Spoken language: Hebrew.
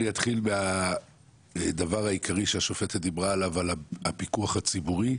אתחיל בדבר העיקרי שהשופטת דיברה עליו: הפיקוח הציבורי.